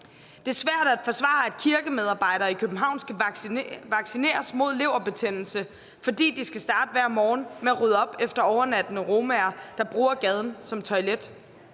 Det er svært at forsvare, at kirkemedarbejdere i København skal vaccineres mod leverbetændelse, fordi de skal starte hver morgen med at rydde op efter overnattende romaer, der bruger gaden som toilet.